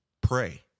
pray